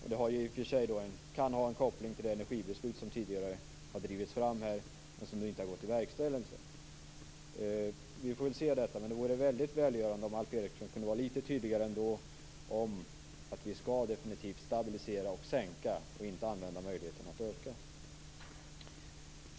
Detta kan i och för sig ha en koppling till det energibeslut som tidigare har drivits fram men som inte har gått verkställighet. Vi får väl se hur det blir med det. Det vore väldigt välgörande om Alf Eriksson kunde vara lite tydligare om att vi definitivt skall stabilisera och sänka koldioxidutsläppen och inte använda möjligheten att öka dem.